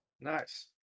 nice